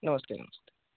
नमस्ते नमस्ते